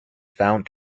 found